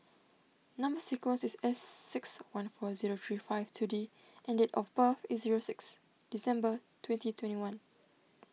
Number Sequence is S six one four zero three five two D and date of birth is zero six December twenty twenty one